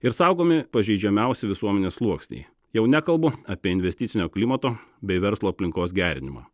ir saugomi pažeidžiamiausi visuomenės sluoksniai jau nekalbu apie investicinio klimato bei verslo aplinkos gerinimą